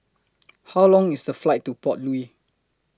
How Long IS The Flight to Port Louis